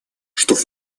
что